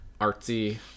artsy